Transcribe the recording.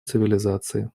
цивилизации